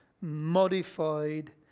modified